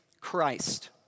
Christ